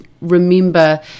remember